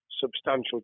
substantial